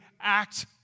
act